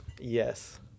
Yes